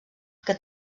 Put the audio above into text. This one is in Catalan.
que